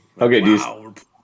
Okay